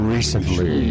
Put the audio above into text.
Recently